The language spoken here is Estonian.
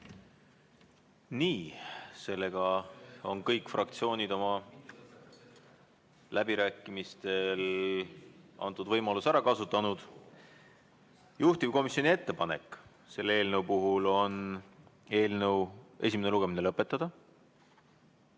Nii. Kõik fraktsioonid on oma läbirääkimistel antud võimaluse ära kasutanud. Juhtivkomisjoni ettepanek selle eelnõu puhul on eelnõu esimene lugemine lõpetada.